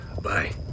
Bye